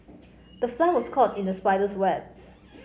the fly was caught in the spider's web